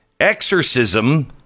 exorcism